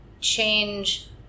change